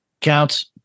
Counts